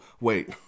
wait